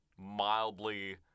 mildly